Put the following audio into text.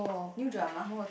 new drama